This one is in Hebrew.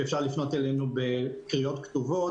שאפשר לפנות אלינו בקריאות כתובות.